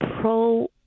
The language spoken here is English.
pro-